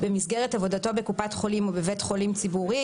במסגרת עבודתו בקופת חולים או בבית חולים ציבורי,